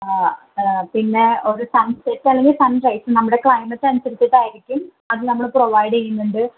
പിന്നെ ഒരു സൺ സെറ്റല്ലെങ്കിൽ സൺ റൈസ് നമ്മുടെ ക്ലൈമറ്റനുസരിച്ചിട്ടായിരിക്കും അത് നമ്മൾ പ്രൊവൈഡ് ചെയ്യുന്നുണ്ട്